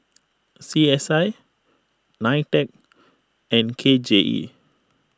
C S I Nitec and K J E